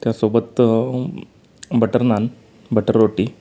त्यासोबत butter naan butter रोटी